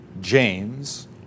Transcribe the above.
James